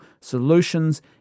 solutions